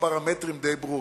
כשהפרמטרים די ברורים.